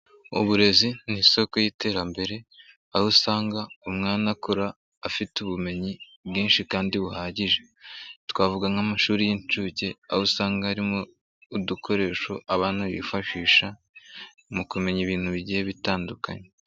Uburezi ni isoko y'iterambere aho usanga umwana akura afite ubumenyi bwinshi kandi buhagije, twavuga nk'amashuri y'inshuke aho usanga harimo udukoresho abana bifashisha mu kumenya ibintu bigiye bitandukanye.